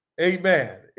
Amen